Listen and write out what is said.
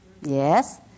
Yes